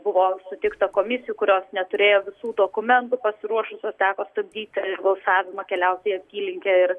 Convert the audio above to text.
buvo suteikta komisijų kurios neturėjo visų dokumentų pasiruošusių teko stabdyti balsavimą keliauti į apylinkę ir